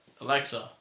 Alexa